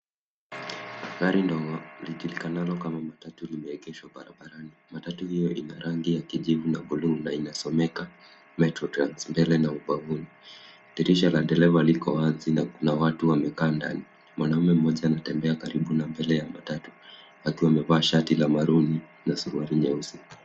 Gari ndogo lijulikanalo kama matatu limeegeshwa barabarani. Matatu hiyo ina rangi ya kijivu na buluu na inasomeka Metro Trans mbele na ubavuni. Dirisha la dereva liko wazi na kuna watu wamekaa ndani. Mwanaume mmoja anatembea karibu na mbele ya matatu akiwa amevaa shati la maruni na suruali nyeusi.